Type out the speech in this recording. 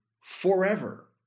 forever